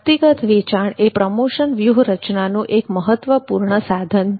વ્યક્તિગત વેચાણ એ પ્રમોશન વ્યૂહરચનાનું એક મહત્વપૂર્ણ સાધન છે